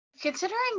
considering